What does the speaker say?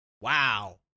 Wow